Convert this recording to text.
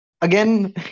again